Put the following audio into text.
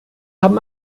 haben